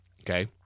Okay